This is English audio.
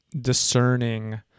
discerning